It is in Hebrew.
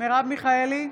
מרב מיכאלי,